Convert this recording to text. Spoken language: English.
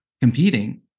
competing